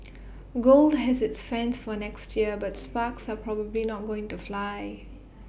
gold has its fans for next year but sparks are probably not going to fly